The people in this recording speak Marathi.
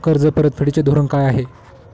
कर्ज परतफेडीचे धोरण काय आहे?